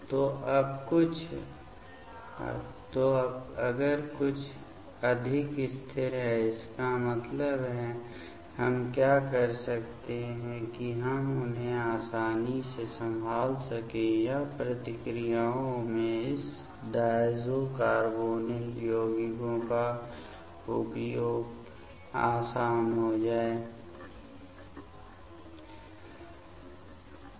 तो अब अगर कुछ अधिक स्थिर है इसका मतलब है कि हम क्या कर सकते हैं कि हम उन्हें आसानी से संभाल सकें या प्रतिक्रियाओं में इस डायज़ो कार्बोनिल यौगिकों का उपयोग आसान हो जाएगा